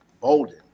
Bolden